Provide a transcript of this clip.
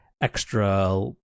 extra